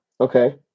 Okay